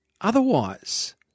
otherwise